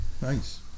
nice